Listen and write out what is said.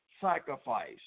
sacrifice